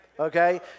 Okay